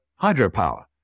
hydropower